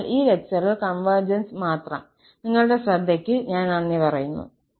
അതിനാൽ ഈ ലെക്ചറിൽ കൺവെർജെൻസ് മാത്രം നിങ്ങളുടെ ശ്രദ്ധയ്ക്ക് ഞാൻ നന്ദി പറയുന്നു